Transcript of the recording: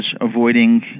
avoiding